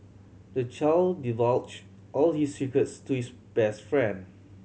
the child divulge all his secrets to his best friend